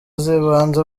zibanze